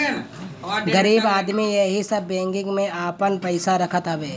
गरीब आदमी एही सब बैंकन में आपन पईसा रखत हवे